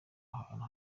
ahantu